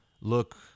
look